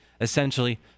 essentially